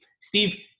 Steve